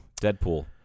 Deadpool